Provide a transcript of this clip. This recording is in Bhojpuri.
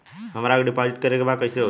हमरा के डिपाजिट करे के बा कईसे होई?